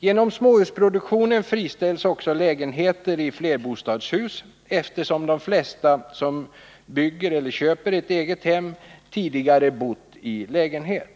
Genom småhusproduktionen friställs också lägenheter i flerbostadshus, eftersom de flesta som bygger eller köper ett eget hem tidigare bott i lägenhet.